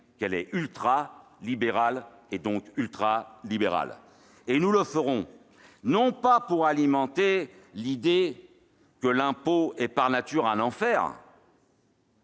qu'elle est ultralibérale, et donc ultralibérale. Nous ne le ferons pas pour alimenter l'idée que l'impôt est par nature un enfer.